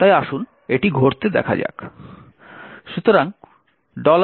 তাই আসুন এটি ঘটতে দেখা যাক